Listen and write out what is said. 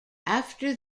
after